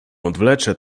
odwlecze